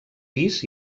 pis